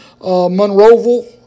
Monroeville